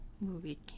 movie